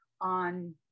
on